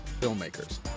filmmakers